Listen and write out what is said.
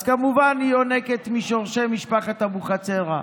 אז כמובן, היא יונקת משורשי משפחת אבוחצירא,